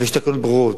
ויש תקנות ברורות.